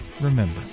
remember